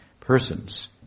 persons